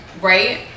Right